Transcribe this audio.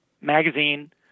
magazine